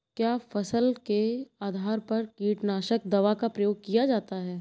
क्या फसल के आधार पर कीटनाशक दवा का प्रयोग किया जाता है?